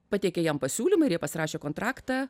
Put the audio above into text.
pateikė jam pasiūlymą ir jie pasirašė kontraktą